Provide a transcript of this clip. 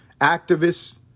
Activists